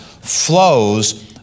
flows